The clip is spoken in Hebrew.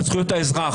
על זכויות האזרח.